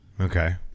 Okay